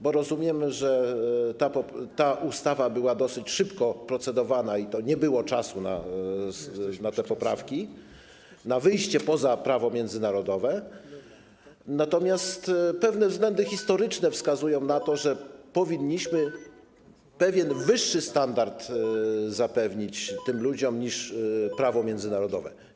Bo rozumiem, że ta ustawa była dosyć szybko procedowana i nie było czasu na te poprawki, na wyjście poza prawo międzynarodowe, natomiast pewne względy historyczne wskazują na to, że powinniśmy pewien wyższy standard zapewnić tym ludziom, niż zapewnia prawo międzynarodowe.